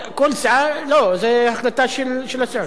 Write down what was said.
זו החלטה של הסיעות.